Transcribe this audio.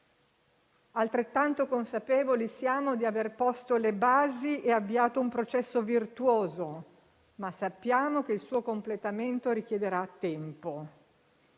altrettanto consapevoli di aver posto le basi e avviato un processo virtuoso, ma sappiamo che il suo completamento richiederà tempo.